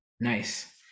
Nice